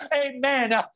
Amen